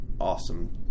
awesome